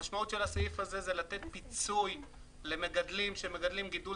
המשמעות של הסעיף הזה זה לתת פיצוי למגדלים שמגדלים גידול